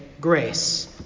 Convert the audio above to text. grace